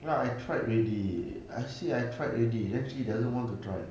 ya I tried already I see I try already then she doesn't want to try